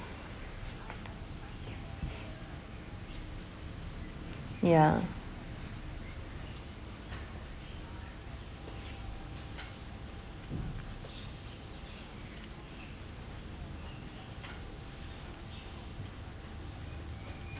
ya